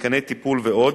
מתקני טיפול ועוד,